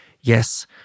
Yes